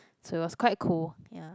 so it was quite cool ya